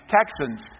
Texans